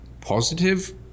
positive